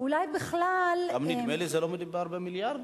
אולי בכלל, גם נדמה לי שלא מדובר במיליארדים.